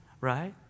right